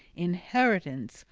inheritance,